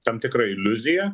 tam tikrą iliuziją